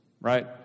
right